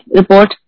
report